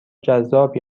جذاب